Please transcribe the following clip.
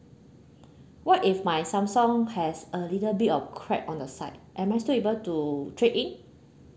what if my samsung has a little bit of crack on the side am I still able to trade in